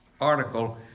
article